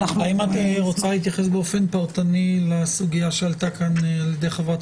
האם את רוצה להתייחס באופן פרטני לסוגיה שעלתה כאן על-ידי חברת